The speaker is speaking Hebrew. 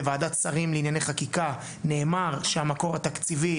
בוועדת שרים לענייני חקיקה נאמר שהמקור התקציבי,